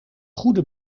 goede